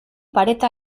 pareta